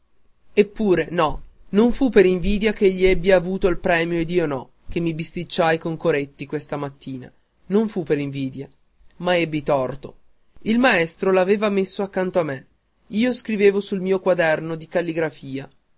eppure no non fu per invidia ch'egli abbia avuto il premio ed io no che mi bisticciai con coretti questa mattina non fu per invidia ma ebbi torto il maestro l'aveva messo accanto a me io scrivevo sul mio quaderno di calligrafia